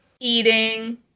eating